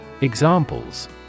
Examples